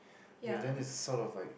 okay then it's sort of like